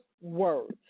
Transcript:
words